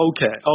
Okay